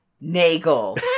Nagel